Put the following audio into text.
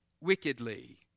wickedly